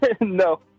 no